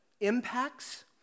impacts